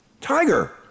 Tiger